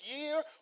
year